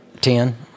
Ten